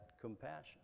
compassion